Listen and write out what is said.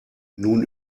nun